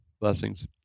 blessings